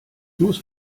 muss